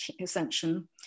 Ascension